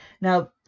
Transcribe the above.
Now